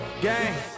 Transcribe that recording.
Gang